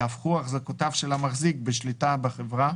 יהפכו החזקותיו של המחזיק בשליטה בחברה,